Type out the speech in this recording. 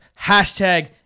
Hashtag